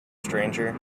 stranger